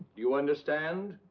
you understand?